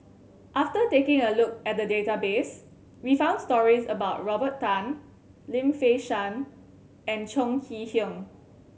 after taking a look at the database we found stories about Robert Tan Lim Fei Shen and Chong Kee Hiong